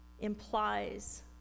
implies